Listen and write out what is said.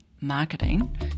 marketing